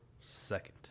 second